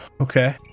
Okay